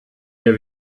wir